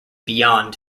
beyond